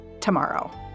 tomorrow